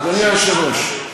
אדוני היושב-ראש,